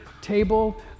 table